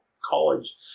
college